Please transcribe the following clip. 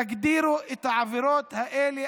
תגדירו את העבירות האלה,